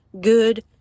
good